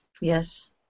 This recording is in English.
Yes